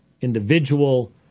individual